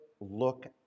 look